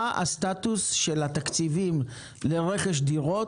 מה הסטטוס של התקציבים לרכש דירות,